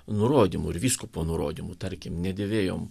nurodymų ir vyskupo nurodymų tarkim nedėvėjom